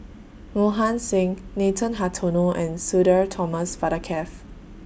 Mohan Singh Nathan Hartono and Sudhir Thomas Vadaketh